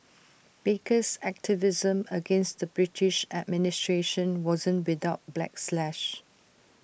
baker's activism against the British administration wasn't without backlash